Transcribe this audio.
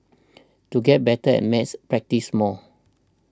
to get better at maths practise more